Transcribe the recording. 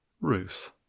Ruth